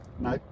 no